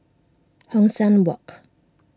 Hong San Walk